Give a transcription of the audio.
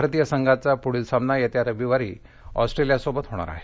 भारतीय सद्धिचा पुढील सामना येत्या रविवारी ऑस्ट्रेलियासोबत होणार आहे